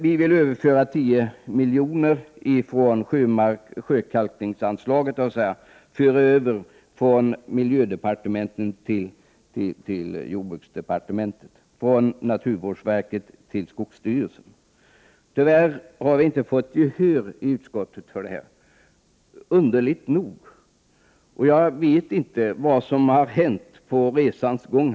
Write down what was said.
Vi vill överföra 10 milj.kr. från sjökalkningsanslaget under miljödepartementet till jordbruksdepartementet, från naturvårdsverket till skogsstyrelsen. Tyvärr har vi inte, underligt nog, fått gehör för detta i Prot. 1988/89:95 utskottet. Jag vet inte vad som har hänt under resans gång.